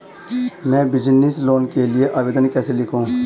मैं business loan के लिए आवेदन कैसे लिखूँ?